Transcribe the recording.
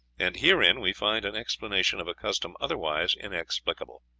and herein we find an explanation of a custom otherwise inexplicable.